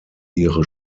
ihre